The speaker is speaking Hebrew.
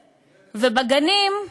ובגנים,